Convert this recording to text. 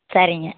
சரிங்க